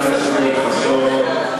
חבר הכנסת יואל חסון,